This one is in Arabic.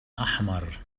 أحمر